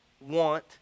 want